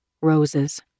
roses